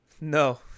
no